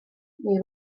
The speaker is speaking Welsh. neu